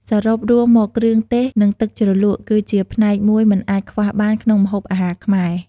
សរុបរួមមកគ្រឿងទេស និងទឹកជ្រលក់ គឺជាផ្នែកមួយមិនអាចខ្វះបានក្នុងម្ហូបអាហារខ្មែរ។